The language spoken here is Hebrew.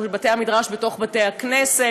או בבתי-המדרש בתוך בתי-הכנסת.